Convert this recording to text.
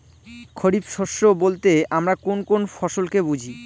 খরিফ শস্য বলতে আমরা কোন কোন ফসল কে বুঝি?